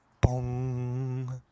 Boom